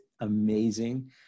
amazing